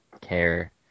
care